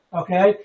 okay